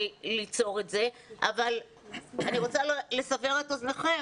ליצור את זה אבל אני רוצה לסבר את אוזניכם,